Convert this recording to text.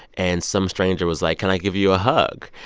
and some stranger was like, can i give you a hug?